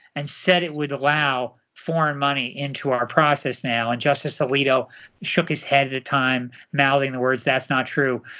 and said it would allow foreign money into our process now. and justice alito shook his head at time mouthing the words that's not true.